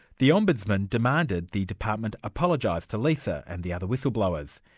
the ombudsman demanded the department apologist to lisa and the other whistleblowers,